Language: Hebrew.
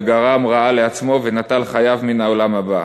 וגרם רעה לעצמו ונטל חייו מן העולם הבא".